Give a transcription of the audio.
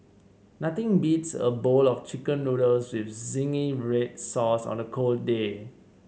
nothing beats a bowl of chicken noodles with zingy red sauce on a cold day